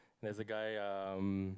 there's a guy um